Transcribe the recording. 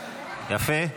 יפה.